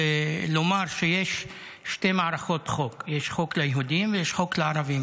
ולומר שיש שתי מערכות חוק: יש חוק ליהודים ויש חוק לערבים,